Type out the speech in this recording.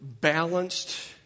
balanced